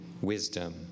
wisdom